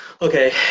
Okay